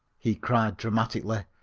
he cried dramatically,